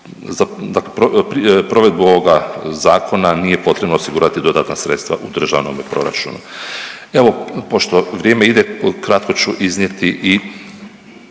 provedbu ovoga Zakona nije potrebno osigurati dodatna sredstva u državnome proračunu. Evo, pošto vrijeme ide, kratko ću iznijeti i